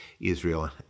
Israel